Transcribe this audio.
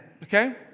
Okay